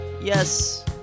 Yes